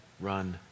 Run